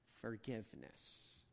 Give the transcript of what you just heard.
forgiveness